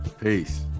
Peace